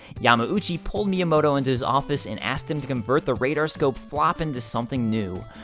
yamauchi pulled miyamoto into his office, and asked him to convert the radarscope flop into something new.